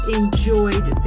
enjoyed